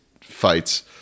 fights